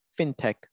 fintech